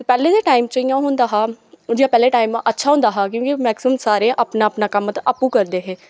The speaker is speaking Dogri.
पैह्लें दे टाईम च इयां होंदा हा जियां पैह्ले टाईम अच्छा होंदा हा क्योंकि मैकसिमम सारे अपना अरना कम्म आपैं करदे हे